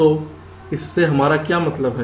तो इससे हमारा क्या मतलब है